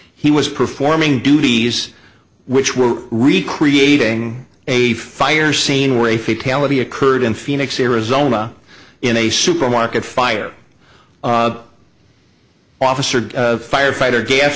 he was performing duties which were recreating a fire scene where a fatality occurred in phoenix arizona in a supermarket fire officer firefighter